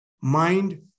mind